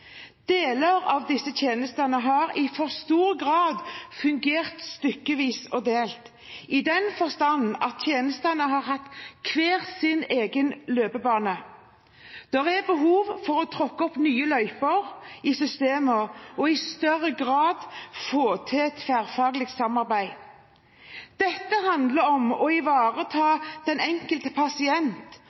Deler av disse tjenestene har i for stor grad fungert stykkevis og delt, i den forstand at tjenestene har hatt hver sin løpebane. Det er behov for å tråkke opp nye løyper i systemer og i større grad få til tverrfaglig samarbeid. Dette handler om å ivareta den enkelte pasient,